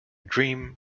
dream